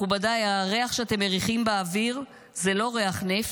מכובדיי, הריח שאתם מריחים באוויר הוא לא ריח נפט,